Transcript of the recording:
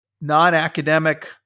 non-academic